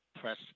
press